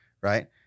right